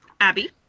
Abby